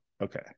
Okay